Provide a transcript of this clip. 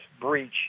breach